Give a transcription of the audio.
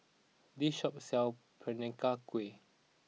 this shop sells Peranakan Kueh